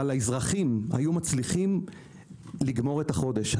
האזרחים היו מצליחים לגמור את החודש.